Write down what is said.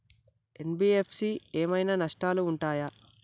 NBFC ఏమైనా నష్టాలు ఉంటయా?